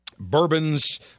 Bourbons